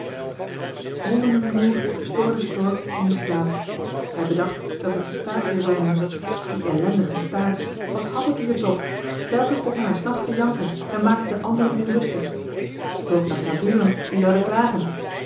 hondenrumoer stoorde stork in den slaap hij bedacht dat het de staart weer zijn moest die ellendige staart wat had het dier toch telkens begon hij's nachts te janken en maakte de anderen onrustig stork johan de meester de zonde in het deftige dorp dacht aan buren die zouden klagen